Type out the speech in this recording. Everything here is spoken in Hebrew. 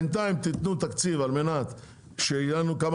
בינתיים תיתנו תקציב על מנת שיהיה לנו כמה